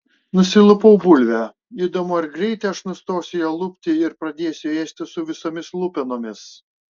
nusilupau bulvę įdomu ar greitai aš nustosiu ją lupti ir pradėsiu ėsti su visomis lupenomis